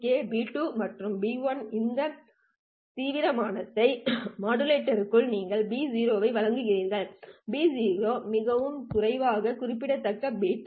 b2 மற்றும் b1 இந்த தீவிரத்தன்மை மாடுலேட்டருக்கு நீங்கள் b0 ஐ வழங்குகிறீர்கள் b0 மிகக் குறைவான குறிப்பிடத்தக்க பிட் ஆகும்